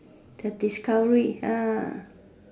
the discoveries